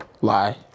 lie